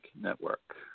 Network